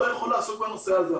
לא יכול לעסוק בנושא הזה.